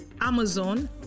Amazon